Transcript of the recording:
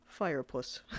Firepuss